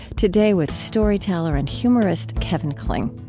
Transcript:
today, with storyteller and humorist kevin kling.